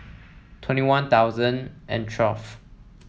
twenty One Thousand and twelve